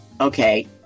Okay